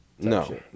No